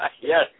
Yes